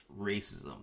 racism